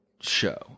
show